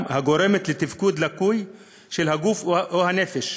הגורמת לתפקוד לקוי של הגוף או הנפש